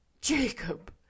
Jacob